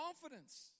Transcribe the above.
confidence